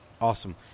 Awesome